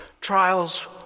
Trials